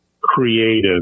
creative